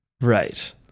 Right